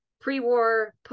pre-war